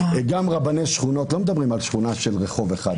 גם ברבני שכונות לא מדברים על שכונה של רחוב אחד,